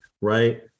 right